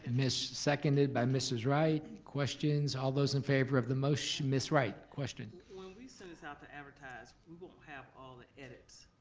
seconded by mrs. wright. questions? all those in favor of the motion, miss wright, question. when we send this out to advertise, we won't have all the edits,